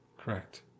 Correct